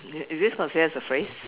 is this considered as a phrase